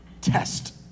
test